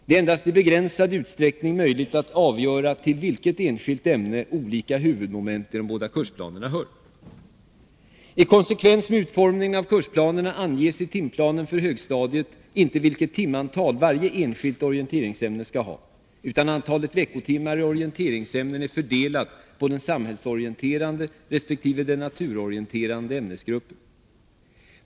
Det är endast i begränsad utsträckning möjligt att avgöra till vilket enskilt ämne olika huvudmoment i de båda kursplanerna hör. I konsekvens med utformningen av kursplanerna anges i timplanen för högstadiet inte vilket timantal varje enskilt orienteringsämne skall ha, utan antalet veckotimmar i orienteringsämnen är fördelat på den samhällsorienterande resp. den naturorienterande ämnesgruppen.